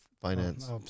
Finance